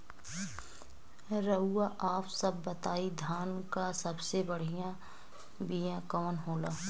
रउआ आप सब बताई धान क सबसे बढ़ियां बिया कवन होला?